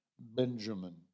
Benjamin